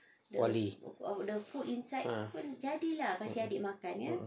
poly ah